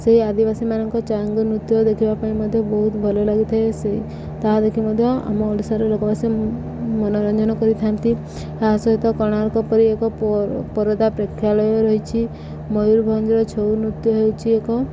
ସେଇ ଆଦିବାସୀମାନଙ୍କ ଚାଙ୍ଗୁ ନୃତ୍ୟ ଦେଖିବା ପାଇଁ ମଧ୍ୟ ବହୁତ ଭଲ ଲାଗିଥାଏ ସେ ତାହା ଦେଖି ମଧ୍ୟ ଆମ ଓଡ଼ିଶାରେ ଲୋକବାସ ମନୋରଞ୍ଜନ କରିଥାନ୍ତି ତା ସହିତ କୋଣାର୍କ ପରି ଏକ ପରଦା ପ୍ରେକ୍ଷାଳୟ ରହିଛି ମୟୂୁରରଭଞ୍ଜର ଛଉ ନୃତ୍ୟ ହେଉଛି ଏକ